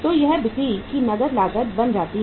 तो यह बिक्री की नकद लागत बन जाती है